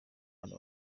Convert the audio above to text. andi